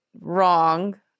wrong